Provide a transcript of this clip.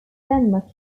denmark